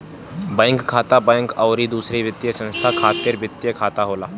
bank खाता, bank अउरी दूसर वित्तीय संस्था खातिर वित्तीय खाता होला